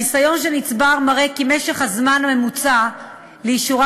הניסיון שנצבר מראה כי משך הזמן הממוצע לאישורן